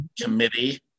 committee